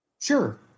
Sure